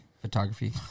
Photography